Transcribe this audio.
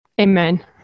Amen